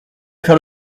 faire